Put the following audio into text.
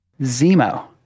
Zemo